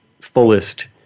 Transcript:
fullest